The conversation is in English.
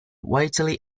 widely